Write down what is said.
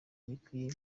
gikwiriye